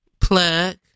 plug